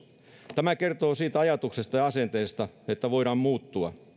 tämä kertoo siitä ajatuksesta ja asenteesta että voidaan muuttua